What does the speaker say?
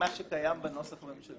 ממה שקיים בנוסח הממשלתי.